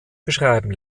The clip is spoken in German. beschreiben